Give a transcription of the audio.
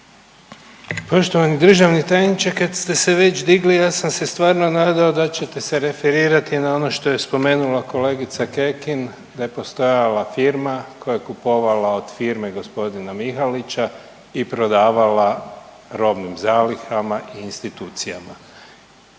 Poštovani državni tajniče. Kad ste se već digli ja sam se stvarno nadao da ćete se referirati na ono što je spomenula kolegica Kekin da je postojala firma koja je kupovala od firme g. Mihalića i prodavala robnim zalihama i institucijama.